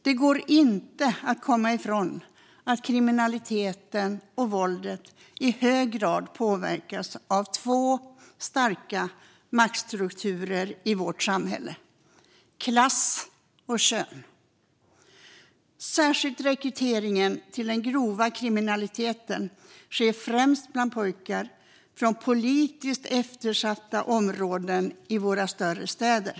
Det går inte att komma ifrån att kriminaliteten och våldet i hög grad påverkas av två starka maktstrukturer i vårt samhälle: klass och kön. Rekryteringen till den grova kriminaliteten sker främst bland pojkar från politiskt eftersatta områden i våra större städer.